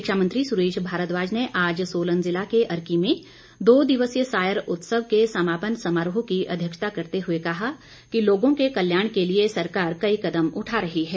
शिक्षा मंत्री सुरेश भारद्वाज ने आज सोलन ज़िला के अर्की में दो दिवसीय सायर उत्सव के समापन समारोह की अध्यक्षता करते हुए कहा कि लोगों के कल्याण के लिए सरकार कई कदम उठा रही है